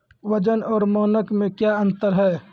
वजन और मानक मे क्या अंतर हैं?